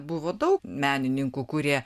buvo daug menininkų kurie